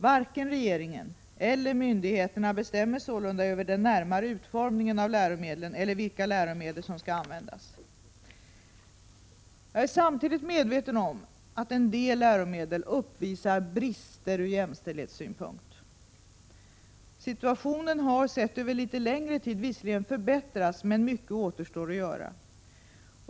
Varken regeringen eller myndigheterna bestämmer sålunda över den närmare utformningen av läromedlen eller vilka läromedel som skall användas. Jag är samtidigt medveten om att en del läromedel uppvisar brister ur jämställdhetssynpunkt. Situationen har, sett över litet längre tid, visserligen förbättrats men mycket återstår att göra.